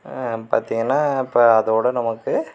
பார்த்திங்கன்னா இப்போ அதை விட நமக்கு